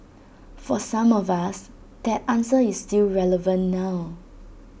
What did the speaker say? for some of us that answer is still relevant now